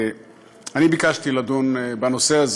אני ביקשתי לדון בנושא הזה